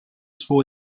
svou